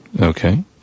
Okay